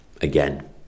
again